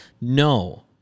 No